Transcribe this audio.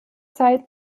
zeit